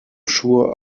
sure